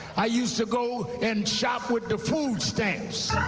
i used to go and shop with the food stamps,